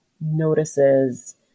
notices